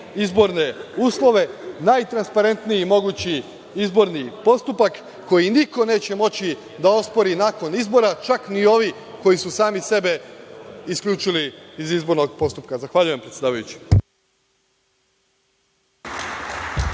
izborne uslove, najtransparentniji mogući postupak, koji niko neće moći da ospori nakon izbora, čak ni ovi koji su sami sebe isključili iz izbornog postupka. Zahvaljujem predsedavajući.